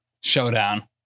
Showdown